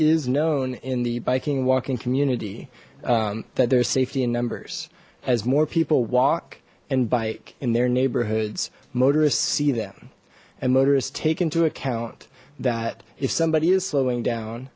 is known in the biking walking community that there are safety in numbers as more people walk and bike in their neighborhoods motorists see them and motorists take into account that if somebody is slowing down